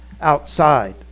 outside